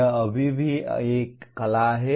यह अभी भी एक कला है